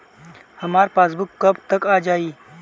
हमार पासबूक कब तक आ जाई?